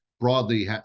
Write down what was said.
Broadly